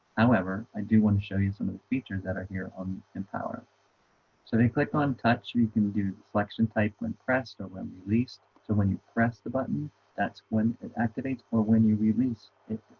however, i do want to show you some of the features that are here on empower so then click on touch you you can do selection type when pressed or when released so when you press the button that's when it activates or when you release it.